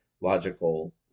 logical